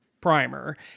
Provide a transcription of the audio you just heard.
primer